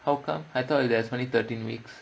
how come I thought there's only thirteen weeks